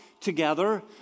together